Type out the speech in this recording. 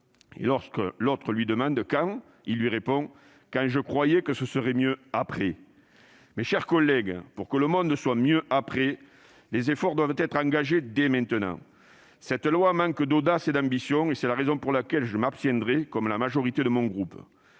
» Lorsque l'autre lui demande :« Quand ?», il répond :« Quand je croyais que ce serait mieux après. » Mes chers collègues, pour que le monde soit mieux après, les efforts doivent être engagés dès maintenant. Ce texte manque d'audace et d'ambition, raison pour laquelle je m'abstiendrai, comme la majorité de mon groupe.